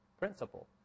principle